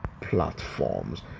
platforms